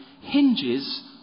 hinges